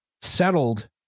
settled